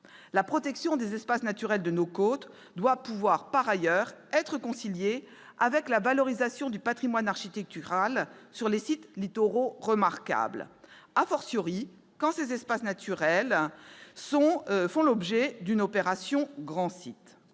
la protection des espaces naturels de nos côtes doit pouvoir être conciliée avec la valorisation du patrimoine architectural sur les sites littoraux remarquables, quand ces espaces naturels littoraux font l'objet d'une « Opération grand site ».